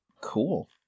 Cool